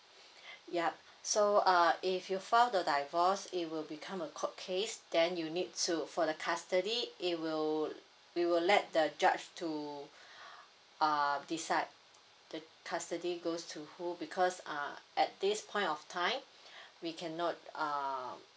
yup so uh if you file the divorce will become a court case then you'll need to for the custody it will we will let the judge to um decide the custody goes to who because uh at this point of time we cannot um